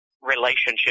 relationship